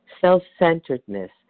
self-centeredness